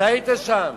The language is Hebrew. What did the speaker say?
אתה היית שם.